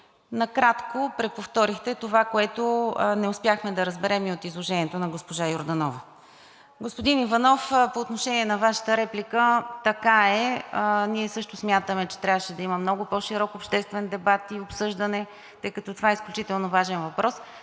Накратко, преповторихте това, което не успяхме да разберем и от изложението на госпожа Йорданова. Господин Иванов, по отношение на Вашата реплика – така е, ние също смятаме, че трябваше да има много по-широк обществен дебат и обсъждане, тъй като това е изключително важен въпрос.